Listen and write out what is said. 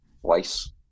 twice